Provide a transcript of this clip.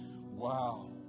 wow